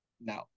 no